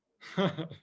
ha